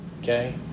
Okay